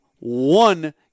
One